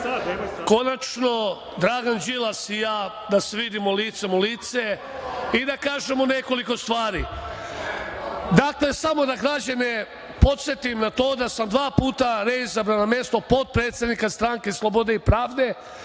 konačno Dragan Đilas i ja da se vidimo licem u lice i da kažemo nekoliko stvari. Dakle, samo da građane podsetim na to da sam dva puta reizabran na mesto potpredsednika stranke Slobode i pravde,